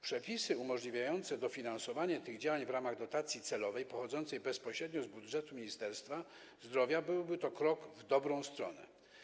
Przepisy umożliwiające dofinansowanie tych działań w ramach dotacji celowej pochodzącej bezpośrednio z budżetu Ministerstwa Zdrowia - to byłby krok w dobrą stronę.